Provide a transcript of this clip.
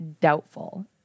doubtful